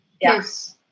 Yes